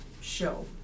show